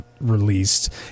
released